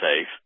safe